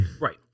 Right